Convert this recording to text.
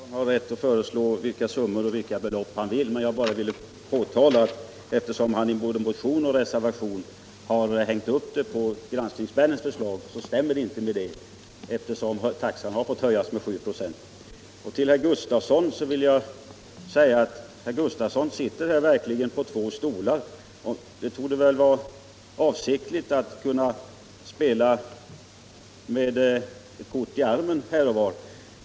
Fru talman! Ja visst, herr Magnusson i Kristinehamn har rätt att föreslå vilka summor han vill. Jag ville bara nämna, eftersom han hängt upp både motion och reservation på granskningsmännens förslag, att hans förslag nu inte stämmer med detta, eftersom taxan har fått höjas med 796. Herr Sven Gustafson i Göteborg sitter verkligen på två stolar. Det torde vara avsiktligt, för att kunna spela med kort i ärmen här och där.